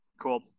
Cool